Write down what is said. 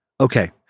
okay